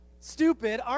Stupid